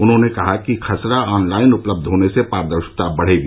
उन्होंने कहा कि खसरा ऑनलाइन उपलब्ध होने से पारदर्शिता बढ़ेगी